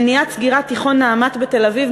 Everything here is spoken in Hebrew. מניעת סגירת תיכון "נעמת" בתל-אביב,